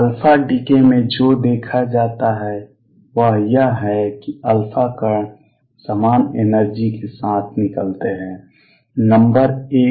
α decay में जो देखा जाता है वह यह है कि α कण समान एनर्जी के साथ निकलते हैं नंबर 1